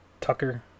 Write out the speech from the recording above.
Tucker